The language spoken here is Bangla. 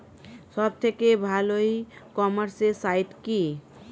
সব থেকে ভালো ই কমার্সে সাইট কী?